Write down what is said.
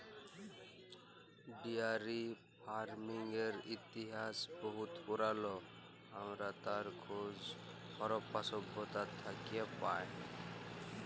dairy ফারমিংয়ের ইতিহাস বহুত পুরাল আমরা তার খোঁজ হরপ্পা সভ্যতা থ্যাকে পায়